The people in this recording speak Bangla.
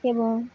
এবং